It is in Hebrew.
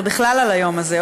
ובכלל על היום הזה,